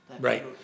Right